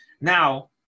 Now